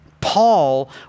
Paul